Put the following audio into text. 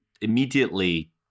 immediately